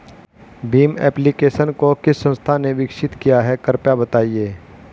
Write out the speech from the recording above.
Bhim application को किस संस्था ने विकसित किया है कृपया बताइए?